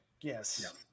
Yes